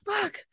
Fuck